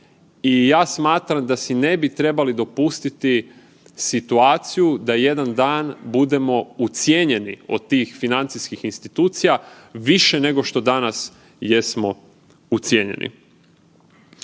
i ja smatram da si ne bi trebali dopustiti situaciju da jedan dan budemo ucijenjeni od tih financijskih institucija više nego što danas jesmo ucijenjeni.